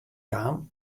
kaam